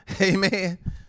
amen